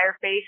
face